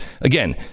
again